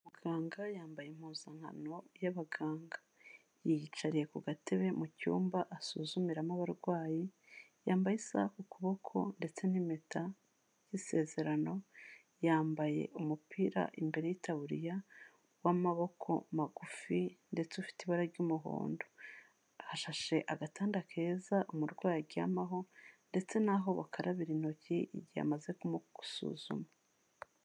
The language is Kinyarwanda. Umuganga yambaye impuzankano y'abaganga, yiyicariye ku gatebe mu cyumba asuzumiramo abarwayi, yambaye isaha ku kuboko ndetse n'impeta y'isezerano, yambaye umupira imbere y'itaburiya w'amaboko magufi ndetse ufite ibara ry'umuhondo, hashashe agatanda keza umurwayi aryamaho ndetse n'aho bakarabira intoki igihe amaze kumusuzuma.